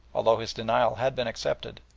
although his denial had been accepted,